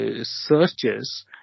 searches